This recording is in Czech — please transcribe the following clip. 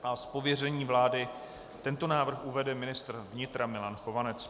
Z pověření vlády tento návrh uvede ministr vnitra Milan Chovanec.